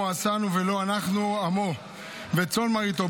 הוא עשׂנוּ ולו אנחנו עמו וצאן מרעיתו.